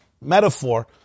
metaphor